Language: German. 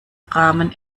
rahmen